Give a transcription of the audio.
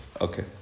Okay